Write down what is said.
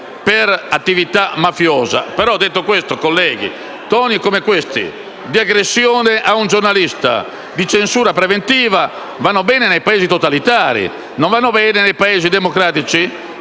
per attività mafiosa. Però detto questo, colleghi, toni come questi di aggressione ad un giornalista e di censura preventiva vanno bene nei Paesi totalitari, ma non vanno bene nei Paesi democratici.